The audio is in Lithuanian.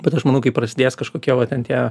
bet aš manau kai prasidės kažkokie va ten tie